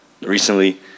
recently